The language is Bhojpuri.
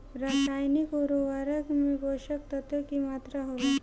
रसायनिक उर्वरक में पोषक तत्व की मात्रा होला?